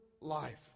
life